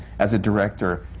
as a director,